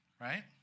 right